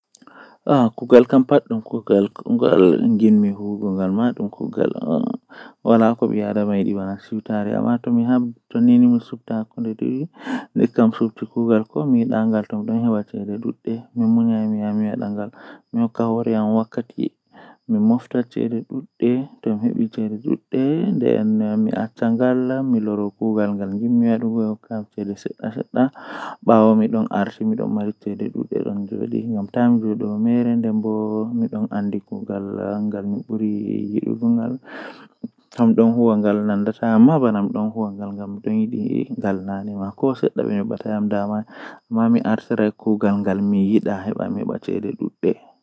Ah ndikkinami mi yaha dow mi laara ko woni ton dow mi nasta nder ndiyam, Ngam dow do be yahi ton sedda nden mi yidi mi anda no totton woni amma nder ndiyam mi andi no nder ndiyam woni koda mi nastai mi joodi haa nder amma mi andi ko woni nder midon nana ko woni nder amma dow bo miyidi mi yaha mi larina gite am.